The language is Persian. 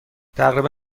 تقریبا